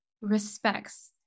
respects